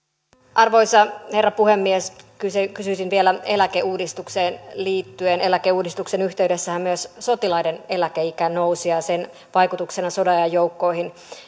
arvoisa herra puhemies kysyisin vielä eläkeuudistukseen liittyen eläkeuudistuksen yhteydessähän myös sotilaiden eläkeikä nousi ja ja sen vaikutuksesta sodanajan joukkojen